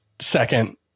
second